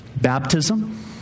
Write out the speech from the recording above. baptism